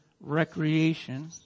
recreation